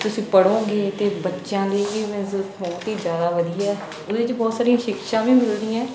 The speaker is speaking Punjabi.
ਤੁਸੀਂ ਪੜ੍ਹੋਗੇ ਅਤੇ ਬੱਚਿਆਂ ਲਈ ਵੀ ਮੀਨਜ਼ ਬਹੁਤ ਹੀ ਜ਼ਿਆਦਾ ਵਧੀਆ ਹੈ ਉਹਦੇ 'ਚ ਬਹੁਤ ਸਾਰੀਆਂ ਸ਼ਿਕਸ਼ਾ ਵੀ ਮਿਲਦੀਆਂ